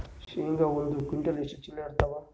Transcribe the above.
ಶೇಂಗಾ ಒಂದ ಕ್ವಿಂಟಾಲ್ ಎಷ್ಟ ಚೀಲ ಎರತ್ತಾವಾ?